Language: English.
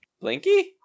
Blinky